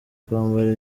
kwambara